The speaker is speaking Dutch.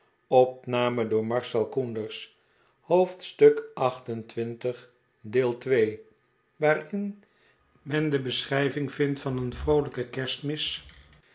waarin men de beschrijving vindt van een vroolijke kerstmis